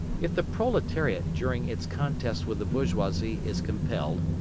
if the proletariat during its contest with the bourgeoisie is compelled,